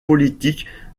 politique